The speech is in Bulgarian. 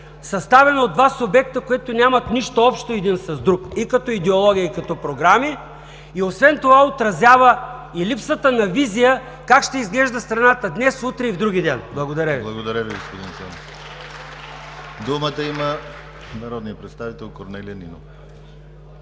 съставена от два субекта, които нямат нищо общо един с друг и като идеология, и като програми, и освен това, отразява и липсата на визия как ще изглежда страната днес, утре и вдругиден. Благодаря Ви. (Ръкопляскания от